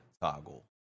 toggle